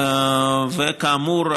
כאמור,